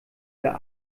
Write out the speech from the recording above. der